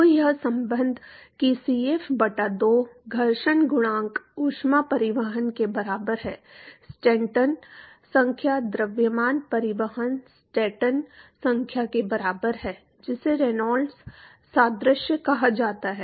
तो यह संबंध कि Cf बटा 2 घर्षण गुणांक ऊष्मा परिवहन के बराबर है स्टैंटन संख्या द्रव्यमान परिवहन स्टैंटन संख्या के बराबर है जिसे रेनॉल्ड्स सादृश्य कहा जाता है